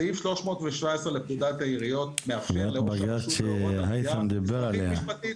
סעיף 317 לפקודת העיריות מאפשר לראש הרשות להורות על גבייה משפטית,